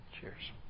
Cheers